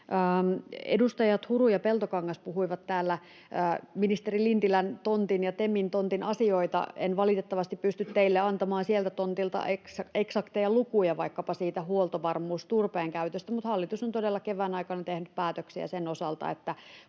Edustajat Huru ja Peltokangas puhuivat täällä ministeri Lintilän tontin ja TEMin tontin asioita. En valitettavasti pysty teille antamaan sieltä tontilta eksakteja lukuja vaikkapa siitä huoltovarmuusturpeen käytöstä, mutta hallitus on todella kevään aikana tehnyt päätöksiä sen osalta,